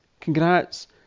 Congrats